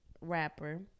rapper